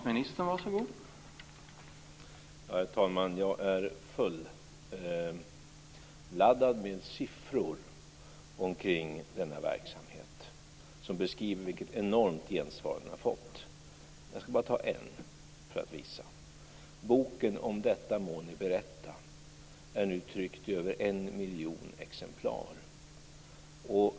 Herr talman! Jag är fulladdad med siffror omkring denna verksamhet som beskriver vilket enormt gensvar den har fått. Jag skall bara ta en siffra för att visa detta. Boken ...om detta må ni berätta... är nu tryckt i över 1 miljon exemplar.